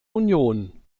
union